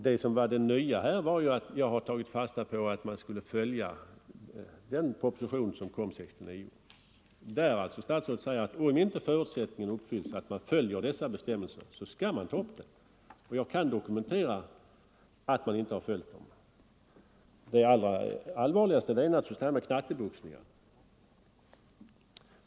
Det som var nytt nu var att jag tagit fasta på att man skulle följa den proposition som kom 1969 och där statsrådet sade att om inte förutsättningarna uppfylldes, dvs. att man inte följde bestämmelserna, så skulle man ta upp frågan på nytt. Jag kan dokumentera att man inte följt bestämmelserna. Det allra allvarligaste är knatteboxningen.